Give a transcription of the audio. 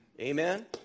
Amen